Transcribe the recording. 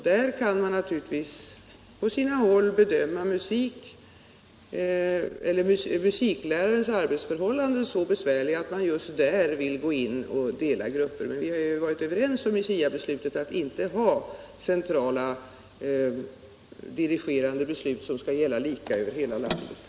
Man kan naturligtvis på sina håll bedöma det så, att musiklärarnas arbetsförhållanden är så besvärliga att man just där kanske vill dela upp grupperna, men vi har ju genom SIA-beslutet varit överens om att inte ha dirigerande centrala beslut som skall gälla lika över hela landet.